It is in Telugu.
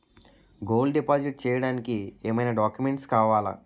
గోల్డ్ డిపాజిట్ చేయడానికి ఏమైనా డాక్యుమెంట్స్ కావాలా?